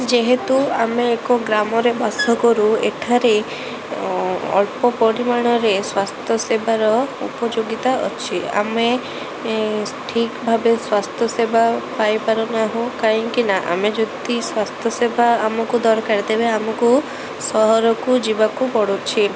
ଯେହେତୁ ଆମେ ଏକ ଗ୍ରାମରେ ବାସ କରୁ ଏଠାରେ ଅଳ୍ପ ପରିମାଣରେ ସ୍ୱାସ୍ଥ୍ୟ ସେବାର ଉପଯୋଗୀତା ଅଛି ଆମେ ଠିକ ଭାବେ ସ୍ୱାସ୍ଥ୍ୟସେବା ପାଇ ପାରୁନାହୁଁ କାହିଁକିନା ଆମେ ଯଦି ସ୍ୱାସ୍ଥ୍ୟସେବା ଆମକୁ ଦରକାର ତେବେ ଆମକୁ ସହରକୁ ଯିବାକୁ ପଡ଼ୁଛି